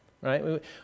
right